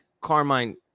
Carmine